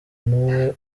n’umwe